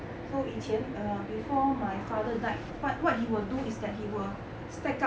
so 以前 err before my father died but what he will do is that he will stack